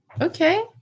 okay